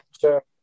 sure